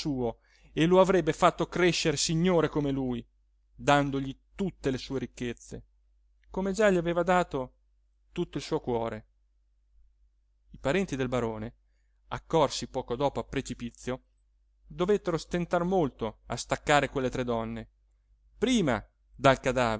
e lo avrebbe fatto crescere signore come lui dandogli tutte le sue ricchezze come già gli aveva dato tutto il suo cuore i parenti del barone accorsi poco dopo a precipizio dovettero stentar molto a staccare quelle tre donne prima dal